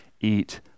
eat